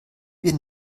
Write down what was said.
wir